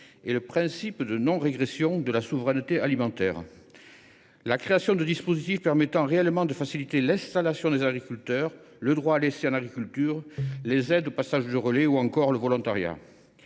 et le principe de non régression de cette souveraineté ; la création de dispositifs permettant réellement de faciliter l’installation des agriculteurs – droit à l’essai en agriculture, aide au passage de relais ou encore volontariat